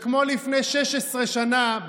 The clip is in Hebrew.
וכמו לפני 16 שנה,